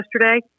yesterday